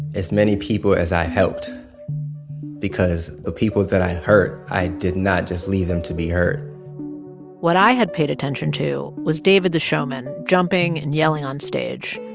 as many people as i helped because the people that i hurt, i did not just leave them to be hurt what i had paid attention to was david the showman jumping and yelling on stage.